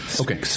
Okay